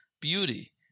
beauty